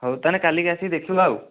ହେଉ ତାହେଲେ କାଲିକି ଆସିକି ଦେଖିବ ଆଉ